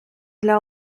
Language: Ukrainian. для